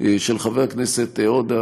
של חבר הכנסת עודה,